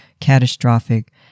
catastrophic